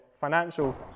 financial